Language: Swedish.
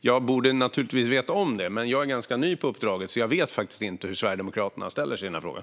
Jag borde naturligtvis veta det. Men jag är ganska ny på uppdraget, och jag vet faktiskt inte hur Sverigedemokraterna ställer sig i den här frågan.